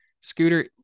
Scooter